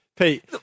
Pete